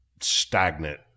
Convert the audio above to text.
stagnant